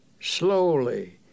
slowly